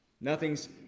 nothing's